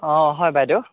অঁ হয় বাইদেউ